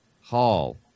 Hall